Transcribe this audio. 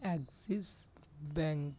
axis bank